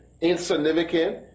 insignificant